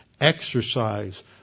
exercise